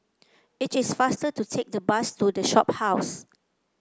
it is faster to take the bus to The Shophouse